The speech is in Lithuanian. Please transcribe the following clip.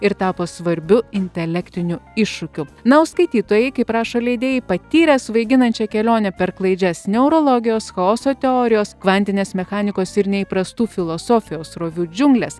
ir tapo svarbiu intelektiniu iššūkiu na o skaitytojai kaip rašo leidėjai patyrę svaiginančią kelionę per klaidžias neurologijos chaoso teorijos kvantinės mechanikos ir neįprastų filosofijos srovių džiungles